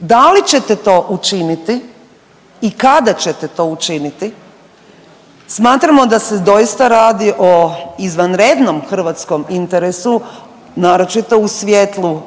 Da li ćete to učiniti i kada ćete to učiniti? Smatramo da se doista radi o izvanrednom hrvatskom interesu, naročito u svjetlu